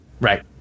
Right